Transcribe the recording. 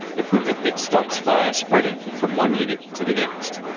equipment that stops fire spreading from one unit to the next.